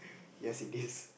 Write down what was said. yes it is